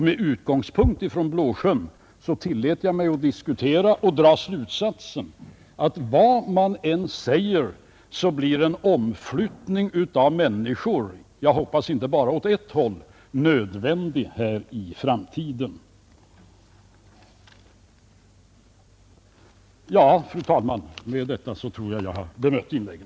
Med Blåsjön som utgångspunkt tillät jag mig dra slutsatsen att vad man än säger blir en utflyttning av människor — jag hoppas inte bara åt ett håll — nödvändig i framtiden. Ja, fru talman, med detta tror jag att jag har bemött inläggen.